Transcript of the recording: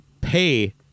pay